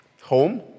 Home